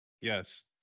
Yes